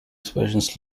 expressions